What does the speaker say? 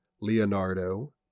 Leonardo